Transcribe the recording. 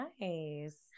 nice